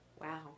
Wow